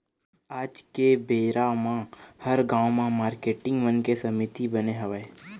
आज के बेरा म हर गाँव म मारकेटिंग मन के समिति बने हवय